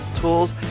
tools